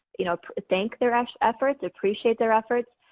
you know thank their ah efforts, appreciate their efforts,